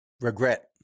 Regret